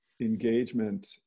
engagement